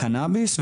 בקנאביס,